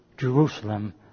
Jerusalem